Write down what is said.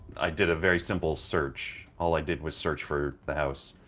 i did a very simple search. all i did was search for the house,